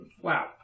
Wow